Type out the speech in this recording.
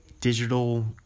digital